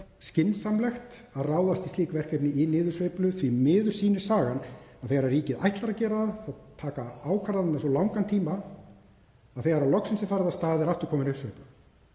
skynsamlegt að ráðast í slík verkefni í niðursveiflu. Því miður sýnir sagan að þegar ríkið ætlar að gera það þá taka ákvarðanir svo langan tíma að þegar loksins er farið af stað er aftur komin uppsveifla